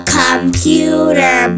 computer